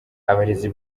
abarezi